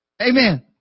amen